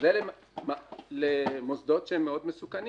אלה למוסדות שהם מאוד מסוכנים.